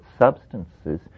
substances